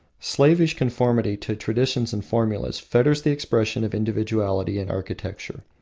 slavish conformity to traditions and formulas fetters the expression of individuality in architecture.